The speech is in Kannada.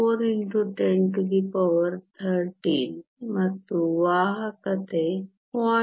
4 x 1013 ಮತ್ತು ವಾಹಕತೆ 0